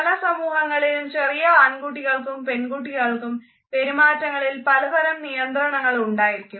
പല സമൂഹങ്ങളിലും ചെറിയ ആൺകുട്ടികൾക്കും പെൺകുട്ടികൾക്കും പെരുമാറ്റങ്ങളിൽ പലതരം നിയന്ത്രണങ്ങൾ ഉണ്ടായിരിക്കും